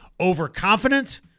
Overconfident